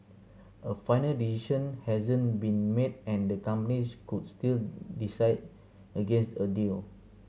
a final decision hasn't been made and the companies could still decide against a deal